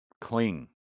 cling